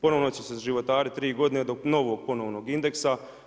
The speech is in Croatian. Ponovno će se životariti tri godine do novog ponovnog indeksa.